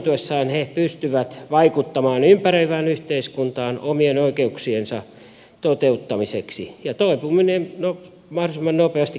voimaantuessaan he pystyvät vaikuttamaan ympäröivään yhteiskuntaan omien oikeuksiensa toteuttamiseksi ja toipumaan mahdollisimman nopeasti katastrofeista